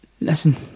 listen